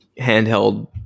handheld